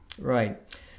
right